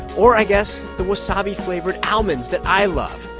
or i guess the wasabi-flavored almonds that i love.